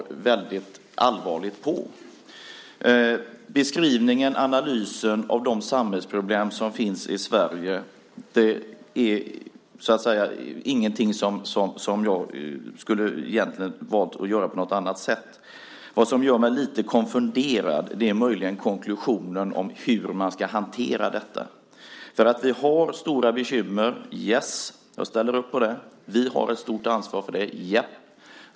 Jag skulle inte ha valt att göra beskrivningen och analysen av de samhällsproblem som finns i Sverige på annat sätt. Det som gör mig lite konfunderad är möjligen konklusionen om hur man ska hantera detta. Vi har stora bekymmer. Yes , jag ställer upp på det. Vi har ett stort ansvar.